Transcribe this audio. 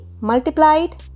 multiplied